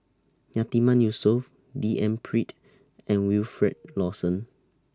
Yatiman Yusof D N Pritt and Wilfed Lawson